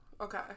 Okay